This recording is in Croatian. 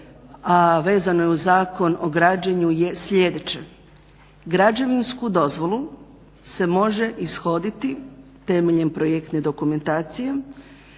a vezano je uz Zakon o građenju, je sljedeće. Građevinsku dozvolu se može ishoditi temeljem projektne dokumentacije